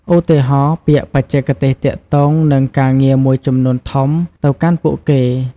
ឧទាហរណ៍ ពាក្យបច្ចេកទេសទាក់ទងនឹងការងារមួយចំនួនធំទៅកាន់ពួកគេ។